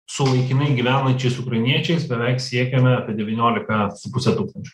su laikinai gyvenančiais ukrainiečiais beveik siekiame apie devyniolika su puse tūkstančio